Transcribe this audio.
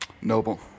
noble